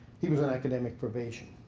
he was on academic probation,